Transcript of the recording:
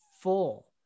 full